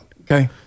Okay